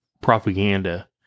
propaganda